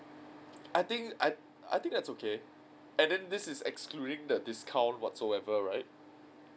I think I I think that's okay and then this is excluding the discount whatsoever right